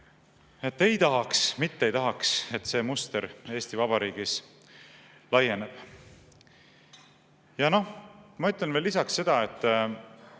Ei tahaks, mitte ei tahaks, et see muster Eesti Vabariigis laieneb. Ja ma ütlen lisaks seda, et